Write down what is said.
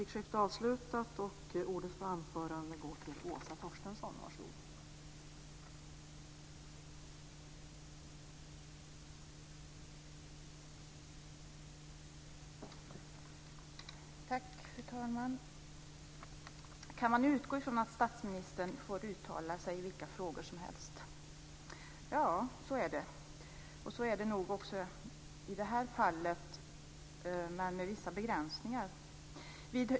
Fru talman! Kan man utgå ifrån att statsministern får uttala sig i vilka frågor som helst? Ja, det kan man. Så är det nog också i detta fall, men med vissa begränsningar.